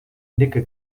nickel